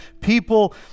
people